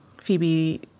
Phoebe